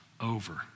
over